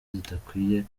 zidakwiye